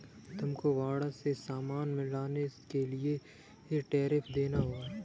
तुमको बॉर्डर से सामान लाने के लिए टैरिफ देना होगा